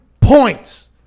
points